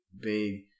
big